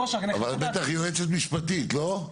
אבל את בטח יועצת משפטית, לא?